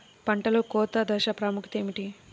పంటలో కోత దశ ప్రాముఖ్యత ఏమిటి?